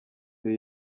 the